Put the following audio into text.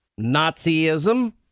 Nazism